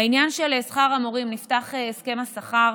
בעניין של שכר המורים, נפתח הסכם השכר,